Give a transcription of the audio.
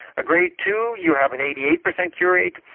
a grade two, you have an eighty eight percent cure rate.